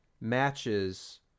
matches